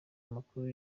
amakuru